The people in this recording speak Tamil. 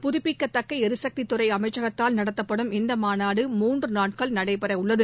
புதுப்பிக்க தக்க எரிசக்தி துறை அமைச்சகத்தால் நடத்தப்படும் இந்த மாநாடு மூன்று நாட்கள் நடைபெறவுள்ளது